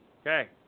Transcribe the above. Okay